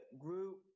group